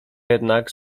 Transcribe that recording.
jednak